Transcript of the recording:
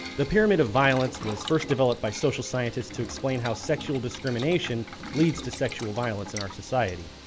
the pyramid of violence was first developed by social scientists to explain how sexual discrimination leads to sexual violence in our society.